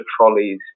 trolleys